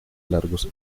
largos